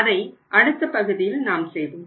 அதை அடுத்த பகுதியில் நாம் செய்வோம்